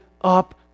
up